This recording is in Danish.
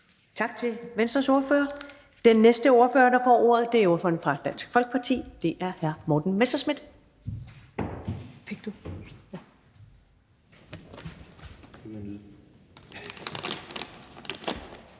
Tak til Venstres ordfører. Den næste ordfører, der får ordet, er ordføreren for Dansk Folkeparti, og det er hr. Morten Messerschmidt.